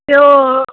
त्यो